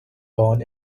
born